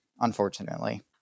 unfortunately